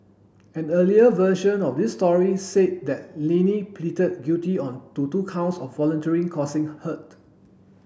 an earlier version of this story said that Lenny pleaded guilty on to two counts of voluntary causing hurt